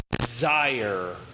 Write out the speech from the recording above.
desire